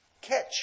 catch